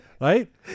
right